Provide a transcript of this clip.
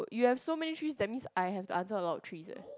you have so many threes that means I have to answer a lot of threes eh